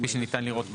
כפי שניתן לראות בקובץ,